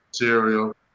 material